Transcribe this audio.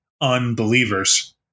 unbelievers